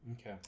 Okay